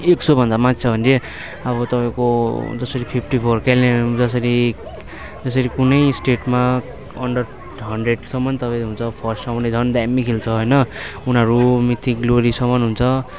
एक सयभन्दा माथि छ भने चाहिँ अब तपाईँको जसरी फिफ्टीको जसरी जसरी कुनै स्टेटमा अन्डर हन्ड्रेडसम्म तपाईँ हुन्छ फर्स्ट आउँदा झन् दामी खेल्छ होइन उनीहरू मिथिक ग्लोरीसम्म हुन्छ